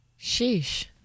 Sheesh